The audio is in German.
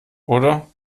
oder